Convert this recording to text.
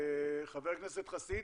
חבר הכנסת חסיד,